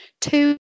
two